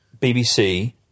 BBC